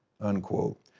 unquote